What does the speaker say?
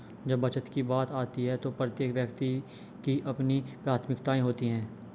जब बचत की बात आती है तो प्रत्येक व्यक्ति की अपनी प्राथमिकताएं होती हैं